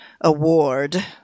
award